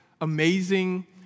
amazing